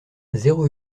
zéro